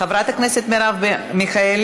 חברת הכנסת מרב מיכאלי,